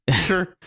Sure